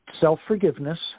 self-forgiveness